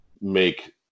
make